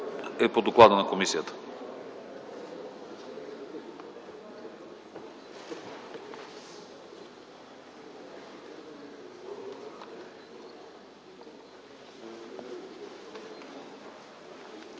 е по доклада на комисията.